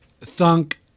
thunk